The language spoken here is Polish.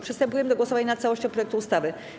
Przystępujemy do głosowania nad całością projektu ustawy.